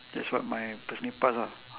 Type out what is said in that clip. that's what my personally ah